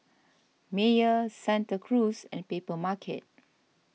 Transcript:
Mayer Santa Cruz and Papermarket